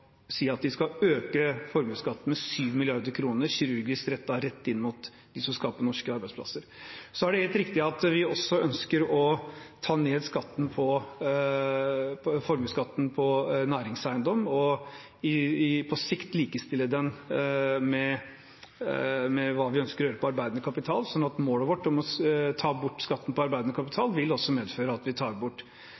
si at de skal øke formuesskatten med 7 mrd. kr, kirurgisk rettet rett inn mot dem som skaper norske arbeidsplasser. Det er helt riktig at vi også ønsker å ta ned formuesskatten på næringseiendom og på sikt likestille den med det vi ønsker å gjøre på arbeidende kapital. Målet vårt om å ta bort skatten på arbeidende